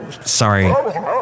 Sorry